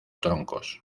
troncos